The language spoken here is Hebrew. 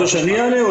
רוצה שאני אענה?